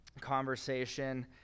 conversation